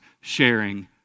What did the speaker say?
sharing